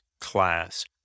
class